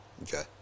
okay